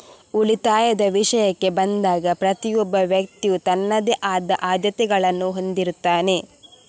ಉಳಿತಾಯದ ವಿಷಯಕ್ಕೆ ಬಂದಾಗ ಪ್ರತಿಯೊಬ್ಬ ವ್ಯಕ್ತಿಯು ತನ್ನದೇ ಆದ ಆದ್ಯತೆಗಳನ್ನು ಹೊಂದಿರುತ್ತಾನೆ